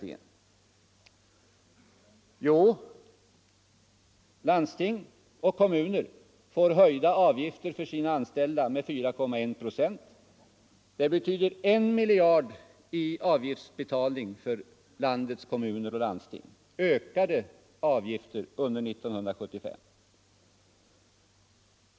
Jo, för det första får landsting och kommuner höjda avgifter med 4,1 procent för sina anställda. Det betyder en miljard i ökade avgifter för kommuner och landsting under 1975.